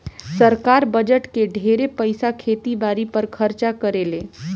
सरकार बजट के ढेरे पईसा खेती बारी पर खर्चा करेले